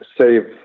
save